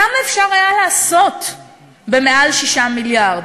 כמה אפשר היה לעשות ביותר מ-6 מיליארד.